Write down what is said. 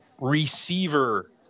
receiver